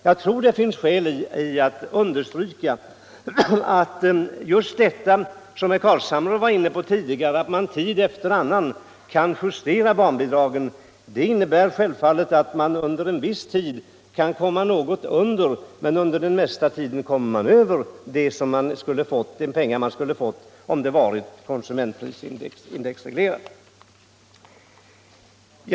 Jag tror att det finns skäl att understryka att just detta, som herr Carlshamre var inne på tidigare, att man tid efter annan kan justera barnbidragen självfallet innebär att man under en viss tid kan komma något under men att man under den mesta tiden kommer över de belopp man skulle ha fått om barnbidragen varit indexreglerade.